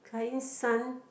client's son